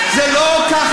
אז מה,